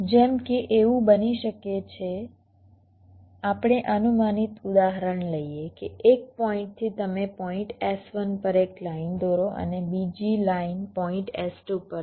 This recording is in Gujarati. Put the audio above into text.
જેમ કે એવું બની શકે કે આપણે અનુમાનિત ઉદાહરણ લઈએ કે 1 પોઇન્ટથી તમે પોઇન્ટ S1 પર એક લાઈન દોરો અને બીજી લાઈન પોઇન્ટ S2 પર દોરો